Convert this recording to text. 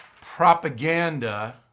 propaganda